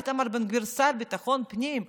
איתמר בן גביר שר לביטחון פנים?